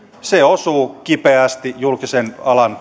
se osuu kipeästi nimenomaan julkisen alan